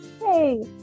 hey